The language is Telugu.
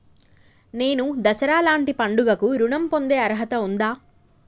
నేను దసరా లాంటి పండుగ కు ఋణం పొందే అర్హత ఉందా?